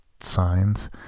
signs